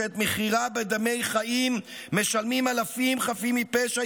שאת מחירה בדמי חיים משלמים אלפים חפים מפשע,